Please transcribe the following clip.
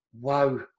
wow